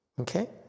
Okay